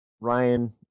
Ryan